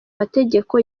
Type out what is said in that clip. mategeko